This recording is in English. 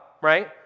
right